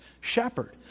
shepherd